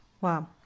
Wow